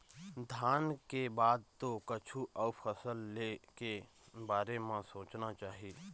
धान के बाद तो कछु अउ फसल ले के बारे म सोचना चाही